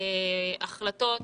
החלטות שמשפיעות,